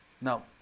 Now